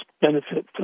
benefit